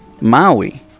Maui